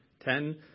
ten